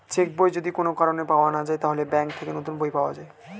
check বই যদি কোন কারণে পাওয়া না যায়, তাহলে ব্যাংক থেকে নতুন পাওয়া যায়